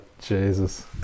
Jesus